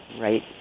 Right